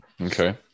okay